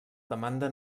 demanda